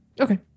Okay